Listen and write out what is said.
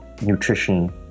nutrition